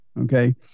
Okay